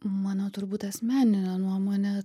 mano turbūt asmenine nuomone